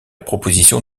proposition